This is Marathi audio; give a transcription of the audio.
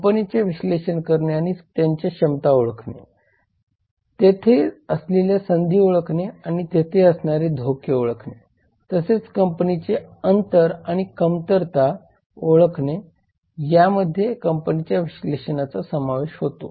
कंपनीचे विश्लेषण करणे आणि त्याच्या क्षमता ओळखणे तेथे असलेल्या संधी ओळखणे आणि तेथे असणारे धोके ओळखणे तसेच कंपनीचे अंतर आणि कमतरता ओळखणे यामध्ये कंपनीच्या विश्लेषणाचा समावेश होतो